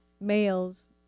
males